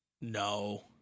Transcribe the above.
No